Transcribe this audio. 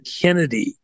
Kennedy